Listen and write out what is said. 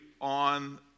on